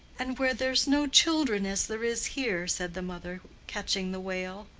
and where there's no children as there is here, said the mother, catching the wail.